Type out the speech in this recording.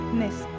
miss